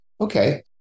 okay